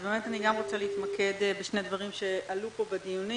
אני גם רוצה להתמקד בשני דברים שעלו פה בדיונים.